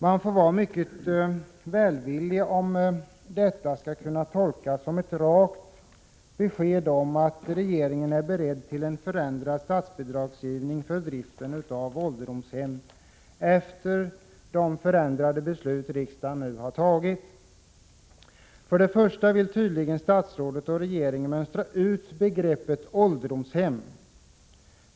Man får vara mycket välvillig om man skall kunna tolka detta som ett rakt besked om att regeringen är beredd att förändra statsbidragsgivningen för driften av ålderdomshem efter det beslut riksdagen nyligen har fattat. För det första vill tydligen statsrådet och regeringen mönstra ut begreppet ålderdomshem.